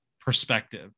perspective